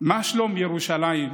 "מה שלום ירושלים?